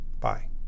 Bye